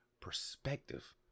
perspective